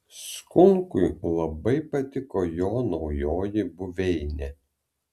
skunkui labai patiko jo naujoji buveinė